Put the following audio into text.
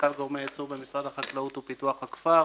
סמנכ"ל גורמי ייצור במשרד החקלאות ופיתוח הכפר.